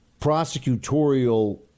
prosecutorial